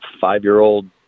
five-year-old